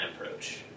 approach